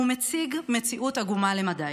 הוא מציג מציאות עגומה למדי.